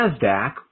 NASDAQ